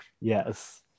Yes